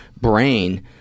brain